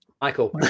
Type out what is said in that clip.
Michael